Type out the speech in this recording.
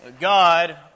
God